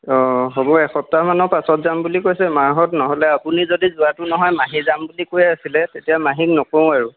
অঁ হ'ব এসপ্তাহমানৰ পাছত যাম বুলি কৈছে মাহঁত নহ'লে আপুনি যদি যোৱাতো নহয় মাহী যাম বুলি কৈ আছিলে তেতিয়া মাহীক নকওঁ আৰু